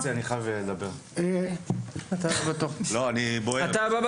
יש לי רבות להוסיף, אבל נשמע.